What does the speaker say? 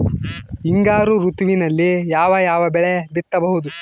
ಹಿಂಗಾರು ಋತುವಿನಲ್ಲಿ ಯಾವ ಯಾವ ಬೆಳೆ ಬಿತ್ತಬಹುದು?